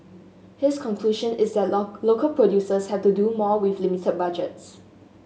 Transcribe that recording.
his conclusion is that local producers have to do more with limited budgets